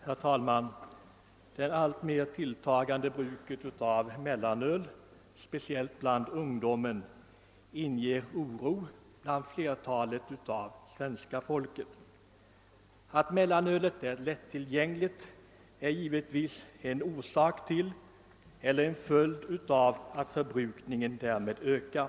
Herr talman! Det allt mer tilitagande bruket av mellanöl, speciellt bland ungdomen, inger oro hos flertalet av svenska folket. Att mellanölet är lättillgängligt är givetvis en orsak till att förbrukningen ökar.